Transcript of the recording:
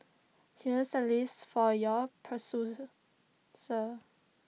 here's A list for your pursue sir